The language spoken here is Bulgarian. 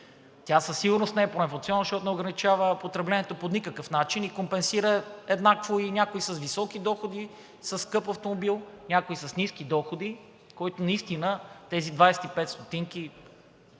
Тя със сигурност не е проинфлационна, защото не ограничава потреблението по никакъв начин и компенсира еднакво и някой с високи доходи, със скъп автомобил, а някой с ниски доходи, на когото наистина тези 25 стотинки